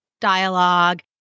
dialogue